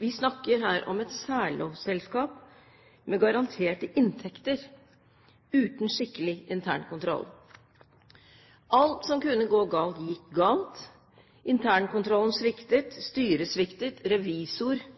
Vi snakker her om et særlovsselskap med garanterte inntekter – uten skikkelig internkontroll. Alt som kunne gå galt, gikk galt: internkontrollen sviktet, styret sviktet, revisor